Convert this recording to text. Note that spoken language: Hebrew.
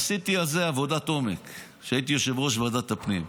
עשיתי על זה עבודת עומק כשהייתי יושב-ראש ועדת הפנים.